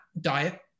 diet